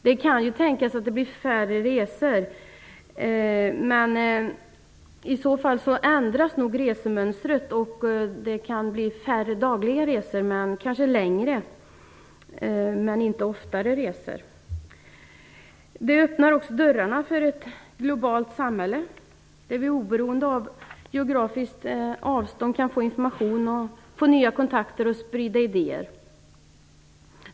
Det kan tänkas att det blir färre resor, men i så fall ändras nog resemönstret. Det kan bli färre dagliga resor men kanske längre resor. Det öppnar också dörrarna för ett globalt samhälle, där vi oberoende av geografiskt avstånd, kan få information, skapa nya kontakter och sprida idéer.